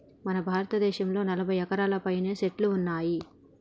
మన భారతదేసంలో నలభై రకాలకు పైనే సెట్లు ఉన్నాయి